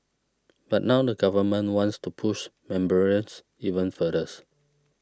but now the Government wants to push membranes even furthers